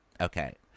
Okay